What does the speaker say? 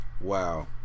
wow